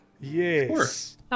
Yes